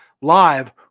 live